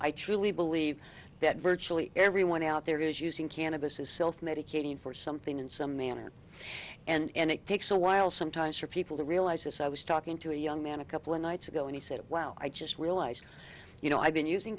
i truly believe that virtually everyone out there is using cannabis is self medicating for something in some manner and it takes a while sometimes for people to realize this i was talking to a young man couple nights ago and he said well i just realized you know i've been using